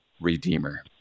redeemer